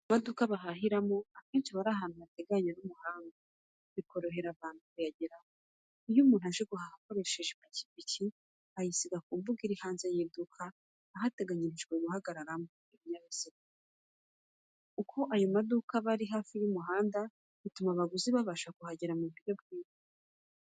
Amaduka bahahiramo akenshi aba ari ahantu hateganye n'umuhanda, bikorohera abantu kuyageraho. Iyo umuntu aje guhaha akoresheje ipikipiki, ayisiga mu mbuga iri hanze y'iduka, ahateganyirijwe guhagararamo ibinyabiziga. Uko ayo maduka aba ari hafi y'umuhanda bituma abaguzi babasha kuhagera mu buryo bwihuse.